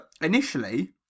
Initially